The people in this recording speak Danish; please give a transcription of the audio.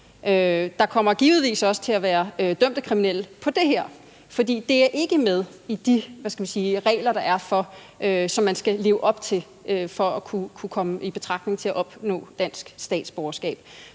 Der kommer givetvis også til at være dømte kriminelle på det her, for det er ikke med i de, hvad skal man sige, regler, der er, som man skal leve op til for at kunne komme i betragtning til at opnå dansk statsborgerskab.